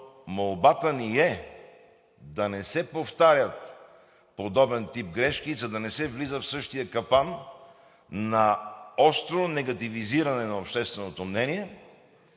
молбата ни е да не се повтарят подобен тип грешки, за да не се влиза в същия капан на остро негативизиране на общественото мнение